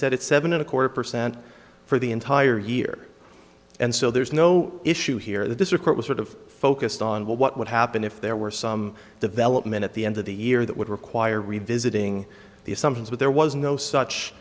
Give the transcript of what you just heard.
said it's seven and a quarter percent for the entire year and so there's no issue here that this report was sort of focused on what would happen if there were some development at the end of the year that would require revisiting the assumptions but there was no such